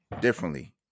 differently